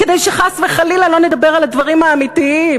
כדי שחס וחלילה לא נדבר על הדברים האמיתיים,